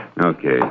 Okay